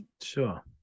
Sure